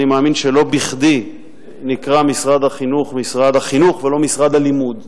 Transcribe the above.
אני מאמין שלא בכדי נקרא משרד החינוך משרד החינוך ולא משרד הלימוד,